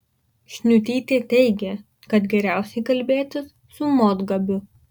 šniutytė teigė kad geriausiai kalbėtis su motgabiu